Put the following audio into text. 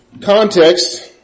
context